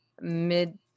mid